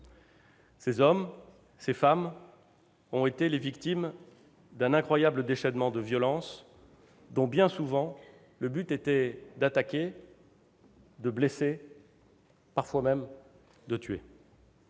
Ces hommes, ces femmes ont été les victimes d'un incroyable déchaînement de violence dont, bien souvent, le but était d'attaquer, de blesser, parfois même de tuer.